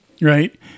Right